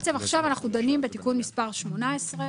אנחנו עכשיו דנים בתיקון מס' 18,